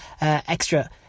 extra